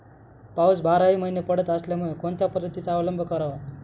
पाऊस बाराही महिने पडत असल्यामुळे कोणत्या पद्धतीचा अवलंब करावा?